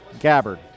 Gabbard